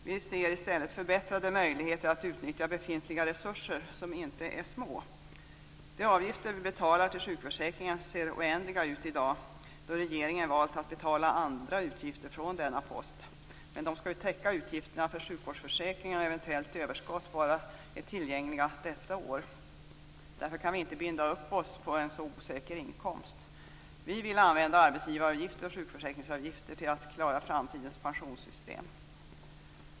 Vi ser i stället förbättrade möjligheter att utnyttja befintliga resurser, som inte är små. De avgifter som betalas till sjukförsäkringen ser i dag oändliga ut, och regeringen har ju valt att betala andra utgifter från denna post. Dessa avgifter skall dock täcka utgifterna för sjukvårdsförsäkringen, och eventuella överskott är tillgängliga bara detta år. Vi kan inte binda upp oss med en så osäker inkomst. Vi vill använda arbetsgivaravgifter och sjukförsäkringsavgifter till att klara framtidens pensionssystem.